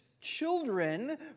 children